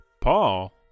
Paul